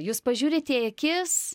jūs pažiūrite į akis